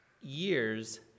years